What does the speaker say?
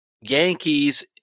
Yankees